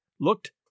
Looked